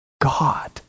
God